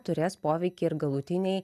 turės poveikį ir galutinei